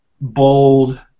bold